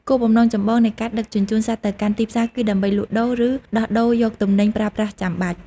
គោលបំណងចម្បងនៃការដឹកជញ្ជូនសត្វទៅកាន់ទីផ្សារគឺ ដើម្បីលក់ដូរ ឬដោះដូរយកទំនិញប្រើប្រាស់ចាំបាច់។